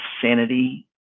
sanity